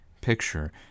picture